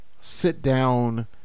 sit-down